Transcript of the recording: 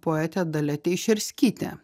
poetė dalia teišerskytė